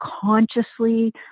consciously